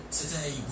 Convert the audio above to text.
today